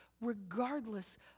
regardless